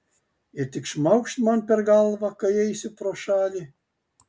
ir tik šmaukšt man per galvą kai eisiu pro šalį